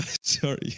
sorry